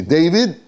David